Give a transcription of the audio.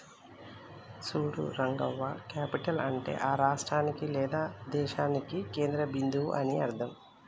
చూడు రంగవ్వ క్యాపిటల్ అంటే ఆ రాష్ట్రానికి లేదా దేశానికి కేంద్ర బిందువు అని అర్థం